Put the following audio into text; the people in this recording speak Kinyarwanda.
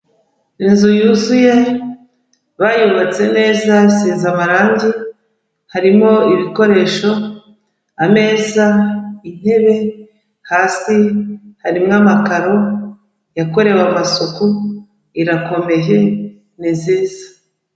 Inzu yuzuye, bayubatse neza isize amarangi, harimo ibikoresho ameza, intebe, hasi harimo amakaro, yakorewe amasuku, irakomeye, ni nziza.